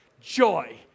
Joy